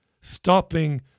stopping